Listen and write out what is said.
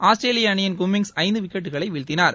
ஆஸ்திரேலிய அணியின் கும்மிங்ஸ் ஐந்து விக்கெட்டுகளை வீழ்த்தினார்